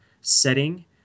setting